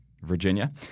Virginia